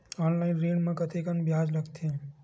Online ऋण म कतेकन ब्याज लगथे?